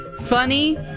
funny